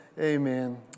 amen